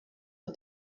are